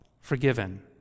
forgiven